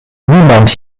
niemand